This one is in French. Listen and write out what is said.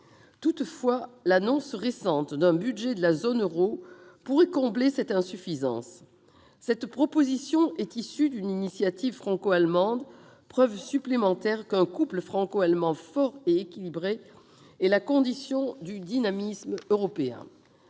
européenne. L'annonce récente d'un budget de la zone euro pourrait combler cette insuffisance. Cette proposition est issue d'une initiative franco-allemande, preuve supplémentaire qu'un couple franco-allemand fort et équilibré est la condition du dynamisme européen.